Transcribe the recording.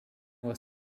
was